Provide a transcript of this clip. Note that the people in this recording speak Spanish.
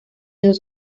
dos